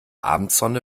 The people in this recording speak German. abendsonne